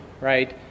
right